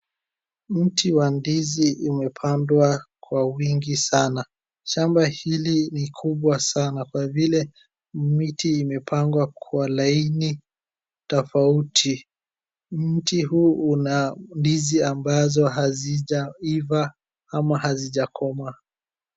Mti wa ndizi umepandwa kwa wingi sana. Shamba hili ni kubwa sana kwa vile miti imepangwa kwa laini tofauti. Mti huu una ndizi ambazo hazijaiva ama hazijakomaa.